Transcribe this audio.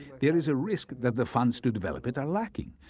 there is a risk that the funds to develop it are lacking.